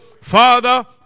Father